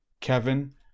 Kevin